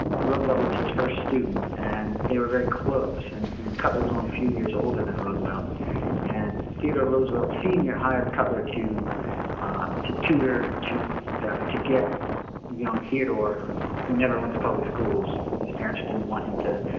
roosevelt was his first student and they were very close and cutler was only a few years older than roosevelt and theodore roosevelt senior hired cutler to to tutor, to to get young theodore who never went to public schools and his parents didn't want him to,